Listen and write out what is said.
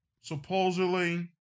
supposedly